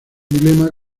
dilema